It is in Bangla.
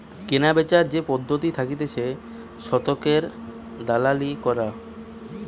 কেনাবেচার যে পদ্ধতি থাকতিছে শতকের দালালি করা